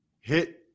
hit